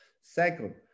Second